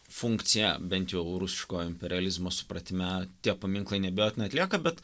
funkciją bent jau rusiškojo imperializmo supratime tie paminklai neabejotinai atlieka bet